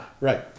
Right